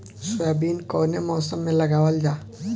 Soybean कौने मौसम में लगावल जा?